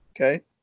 Okay